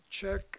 Check